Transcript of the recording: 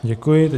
Děkuji.